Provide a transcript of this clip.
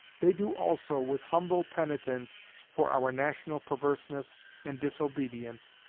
they do also, with humble penitence for our national perverseness and disobedience,